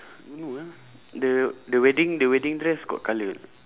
no ah the the wedding the wedding dress got colour or not